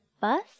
Bus